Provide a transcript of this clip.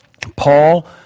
Paul